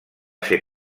ser